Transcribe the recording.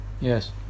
Yes